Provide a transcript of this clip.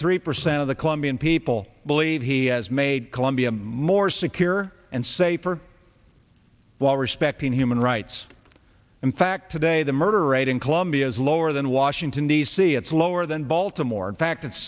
three percent of the colombian people believe he has made colombia more secure and safer while respecting human rights in fact today the murder rate in columbia is lower than washington d c it's lower than baltimore in fact it's